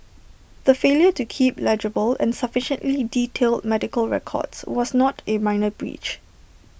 the failure to keep legible and sufficiently detailed medical records was not A minor breach